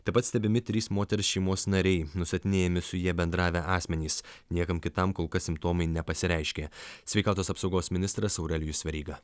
taip pat stebimi trys moters šeimos nariai nustatinėjami su ja bendravę asmenys niekam kitam kol kas simptomai nepasireiškė sveikatos apsaugos ministras aurelijus veryga